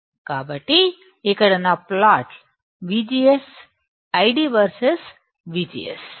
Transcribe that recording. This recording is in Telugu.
కాబట్టి ఇక్కడ నా ప్లాట్లు VGS ID వర్సెస్ VGS